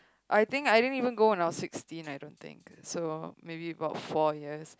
I think I didn't even go when I was sixteen I think so maybe about four years